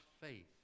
faith